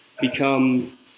become